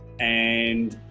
and